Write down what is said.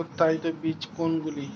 প্রত্যায়িত বীজ কোনগুলি?